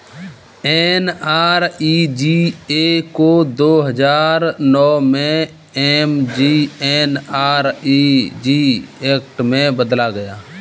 NREGA को दो हजार नौ में एम.जी.एन.आर.इ.जी एक्ट में बदला गया